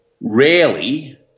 rarely